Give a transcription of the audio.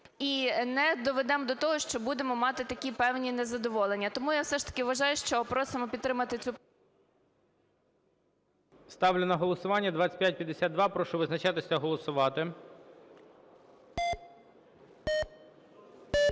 і не доведемо до того, що будемо мати такі певні незадоволення. Тому я все ж таки вважаю, що… Просимо підтримати цю… ГОЛОВУЮЧИЙ. Ставлю на голосування 2552. Прошу визначатись та голосувати. 10:28:43